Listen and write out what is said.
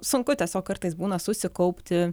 sunku tiesiog kartais būna susikaupti